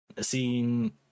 seeing